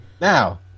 now